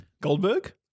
Goldberg